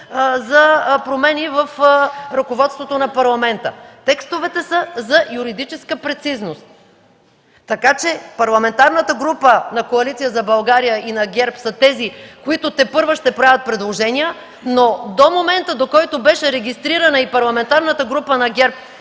за промени в ръководството на Парламента. Текстовете са за юридическа прецизност. Парламентарните групи на Коалиция за България и на ГЕРБ са тези, които тепърва ще правят предложения, но до момента, в който бяха регистрирани парламентарната група на ГЕРБ